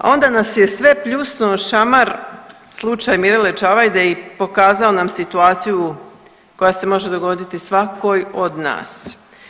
Onda nas je sve pljusnuo šamar slučaj Mirele Čavajde i pokazao nam situaciju koja se može dogoditi svakoj od nas.